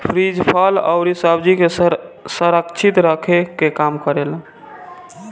fridge फल अउरी सब्जी के संरक्षित रखे के काम करेला